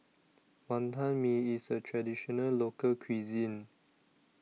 Wonton Mee IS A Traditional Local Cuisine